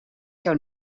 zou